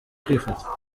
kwifata